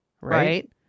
Right